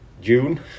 June